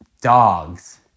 Dogs